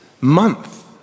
month